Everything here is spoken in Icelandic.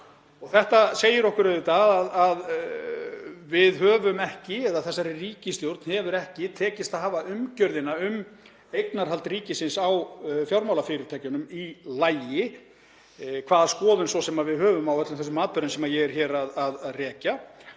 Þetta segir okkur auðvitað að þessari ríkisstjórn hefur ekki tekist að hafa umgjörðina um eignarhald ríkisins á fjármálafyrirtækjum í lagi, hvaða skoðun svo sem við höfum á öllum þeim atburðum sem ég er hér að rekja.